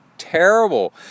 terrible